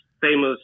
famous